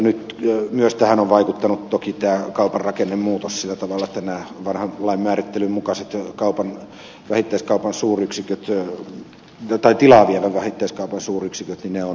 nyt myös tähän on vaikuttanut toki tämä kaupan rakennemuutos sillä tavalla että nämä vanhan lain määrittelyn mukaiset tilaa vievän vähittäiskaupan suuryksiköt ovat muuttaneet luonnettaan sillä tavalla että rajankäynti on vaikeata